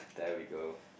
there we go